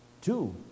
two